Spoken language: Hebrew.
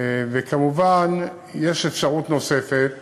מובן שיש אפשרות נוספת,